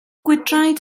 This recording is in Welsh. gwydraid